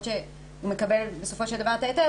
למרות שבסופו של דבר הוא מקבל את ההיתר,